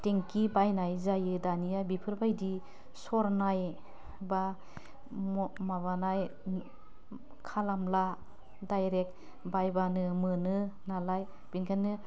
थेंखि बायनाय जायो दानिया बिफोर बायदि सरनाय बा मह माबानाय खालामला दाइरेक्ट बायबानो मोनो नालाय बेनिखायनो